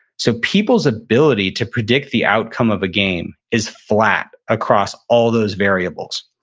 so people's ability to predict the outcome of a game is flat across all those variables,